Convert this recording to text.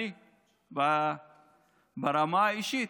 ברמה האישית,